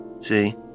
See